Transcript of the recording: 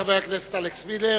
תודה לחבר הכנסת אלכס מילר.